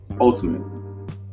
ultimately